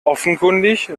offenkundig